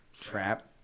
trap